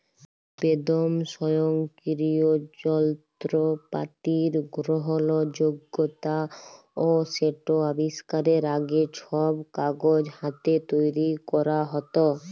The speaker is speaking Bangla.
বেদম স্বয়ংকিরিয় জলত্রপাতির গরহলযগ্যতা অ সেট আবিষ্কারের আগে, ছব কাগজ হাতে তৈরি ক্যরা হ্যত